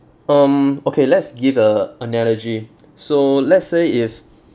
um okay let's give a analogy so let's say if